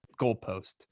goalpost